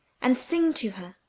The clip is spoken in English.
and sing to her.